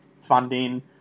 funding